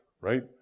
right